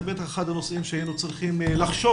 זה בטח אחד הנושאים שהיינו צריכים לחשוב